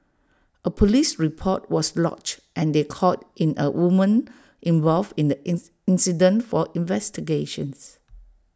A Police report was lodged and they called in A woman involved in the ins incident for investigations